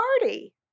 party